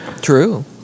True